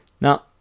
Now